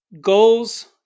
goals